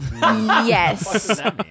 Yes